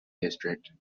district